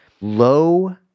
low